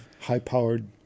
high-powered